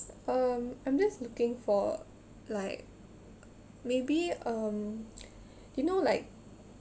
um I'm just looking for like maybe um you know like